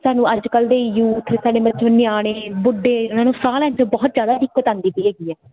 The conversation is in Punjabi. ਸਾਨੂੰ ਅੱਜ ਕੱਲ ਦੇ ਯੂਥ ਸਾਡੇ ਬੱਚੇ ਨਿਆਣੇ ਬੁੱਢੇ ਉਹਨਾਂ ਨੂੰ ਸਾਹ ਲੈਣ ਤੋਂ ਬਹੁਤ ਜਿਆਦਾ ਦਿੱਕਤ ਆਂਦੀ ਪਈ ਹੈਗੀ ਆ